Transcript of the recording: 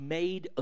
made